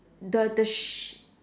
the the sh~